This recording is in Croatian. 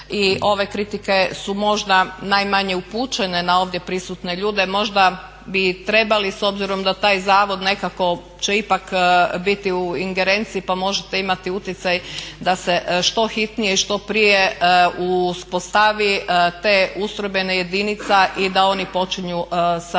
i ove kritike su možda najmanje upućene na ovdje prisutne ljude, možda bi i trebali s obzirom da taj zavod nekako će ipak biti u ingerenciji pa možete imati utjecaj da se što hitnije i što prije uspostavi te ustrojbene jedinice i da oni počinju sa radom.